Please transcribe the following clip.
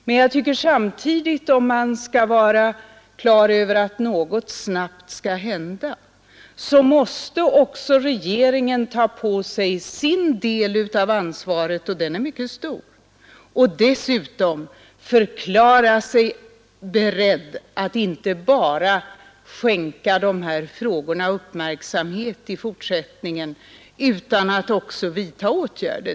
Men man skall vara på det klara med att om något snabbt skall hända, måste också regeringen ta på sig sin del av ansvaret — och den är mycket stor — och dessutom förklara sig beredd att inte bara skänka dessa frågor uppmärksamhet i fortsättningen utan också vidta åtgärder.